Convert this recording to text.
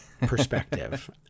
perspective